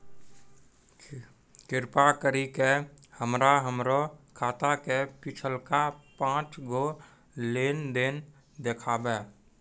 कृपा करि के हमरा हमरो खाता के पिछलका पांच गो लेन देन देखाबो